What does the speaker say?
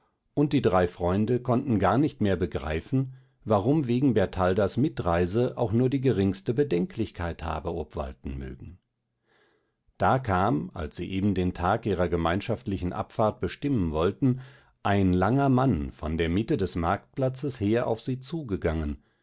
und die drei freunde konnten gar nicht mehr begreifen warum wegen bertaldas mitreise auch nur die geringste bedenklichkeit habe obwalten mögen da kam als sie eben den tag ihrer gemeinschaftlichen abfahrt bestimmen wollten ein langer mann von der miete des marktplatzes her auf sie zugegangen